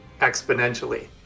exponentially